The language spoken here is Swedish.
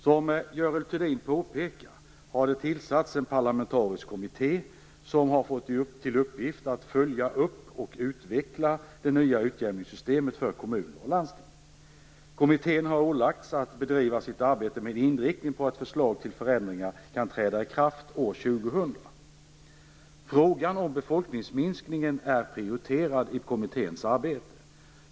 Som Görel Thurdin påpekar, har det tillsatts en parlamentarisk kommitté som har fått till uppgift att följa upp och utveckla det nya utjämningssystemet för kommuner och landsting. Kommittén har ålagts att bedriva sitt arbete med inriktning på att förslag till förändringar kan träda i kraft år 2000. Frågan om befolkningsminskning är prioriterad i kommitténs arbete.